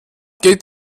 geht